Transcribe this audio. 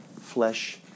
flesh